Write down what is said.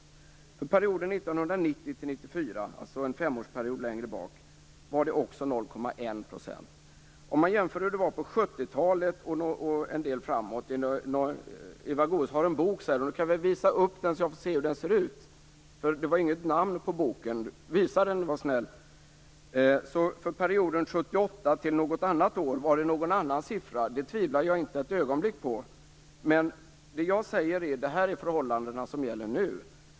Under perioden 1990-1994, dvs. en femårsperiod längre bak i tiden, var det också Man kan jämföra med hur det var på 70-talet och framåt. Eva Goës säger att hon har en bok. Hon kan väl visa upp den, så att jag får se hur den ser ut. Hon nämnde inget namn på den, så var snäll och visa den! Under perioden 1978 till något annat år var siffran en annan - det tvivlar jag inte ett ögonblick på. Men jag talar om förhållandena som gäller nu.